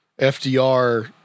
FDR